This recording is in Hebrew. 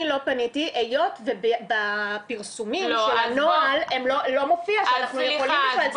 אני לא פניתי היות שבפרסומים של הנוהל לא מופיע שאנחנו יכולים בכלל,